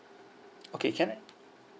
okay can I